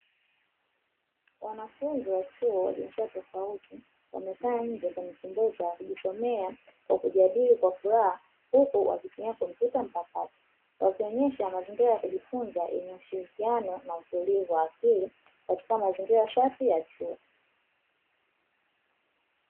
Wanafunzi wa chuo wa jinsia tofauti wamekaa nje kwenye kimbweta wakijisomea kwa kujadili kwa furaha huku wakitumia kompyuta mpakato, wakionyesha mazingira ya kujifunza yenye ushirikiano na utulivu wa akili katika mazingira safi ya chuo.